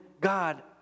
God